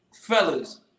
Fellas